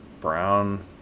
brown